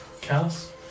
Callus